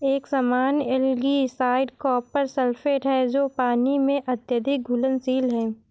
एक सामान्य algicide copper sulphate है जो पानी में अत्यधिक घुलनशील है